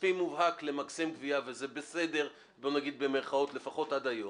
כספי מובהק למקסם גבייה, וזה בסדר, לפחות עד היום.